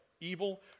evil